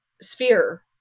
sphere